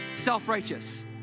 self-righteous